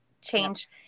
Change